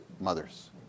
mothers